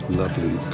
lovely